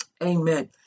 Amen